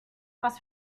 was